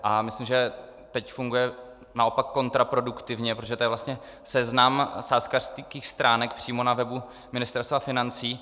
A myslím, že teď funguje naopak kontraproduktivně, protože to je vlastně seznam sázkařských stránek přímo na webu Ministerstva financí.